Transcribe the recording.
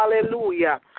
hallelujah